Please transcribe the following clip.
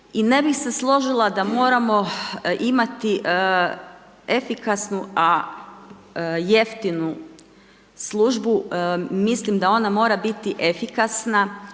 I ne bih se složila da moramo imati efikasnu a jeftinu službu, mislim da ona mora biti efikasna